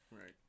Right